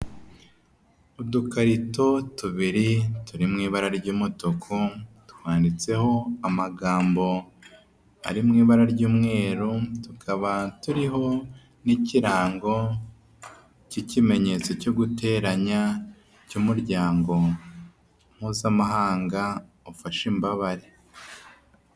Udukarito tubiri turi mu ibara ry'umutuku, twanditseho amagambo ari mu ibara ry'umweru. Tukaba turiho n'ikirango cy'ikimenyetso cyo guteranya cy'umuryango mpuzamahanga ufashe imbabare.